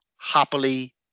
Happily